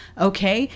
Okay